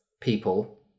people